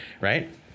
right